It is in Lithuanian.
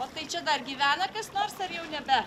o tai čia dar gyvena kas nors ar jau nebe